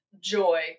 joy